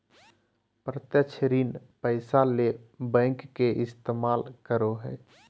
प्रत्यक्ष ऋण पैसा ले बैंक के इस्तमाल करो हइ